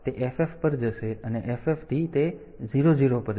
તેથી તે FF પર જશે અને FF થી તે 0 0 પર જશે